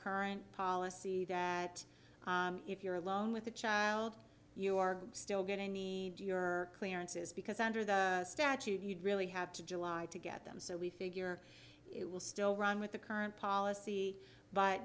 current policy that if you're alone with a child you are still going to need your clearances because under the statute you'd really have to july to get them so we figure it will still run with the current policy but